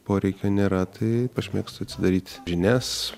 poreikio nėra tai aš mėgstu atsidaryt žinias